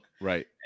Right